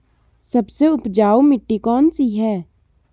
सबसे उपजाऊ मिट्टी कौन सी है?